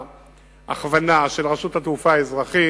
וההכוונה של רשות התעופה האזרחית.